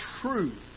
truth